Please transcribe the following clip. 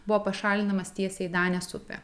buvo pašalinamas tiesiai į danės upę